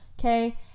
okay